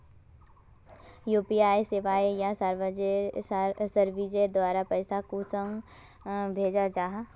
UPI सेवाएँ या services द्वारा पैसा कुंसम भेजाल जाहा?